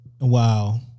Wow